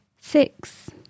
six